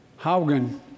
Haugen